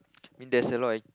I mean there's alot